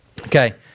Okay